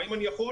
האם אני יכול?